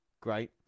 Great